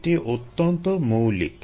এটি অত্যন্ত মৌলিক